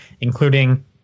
including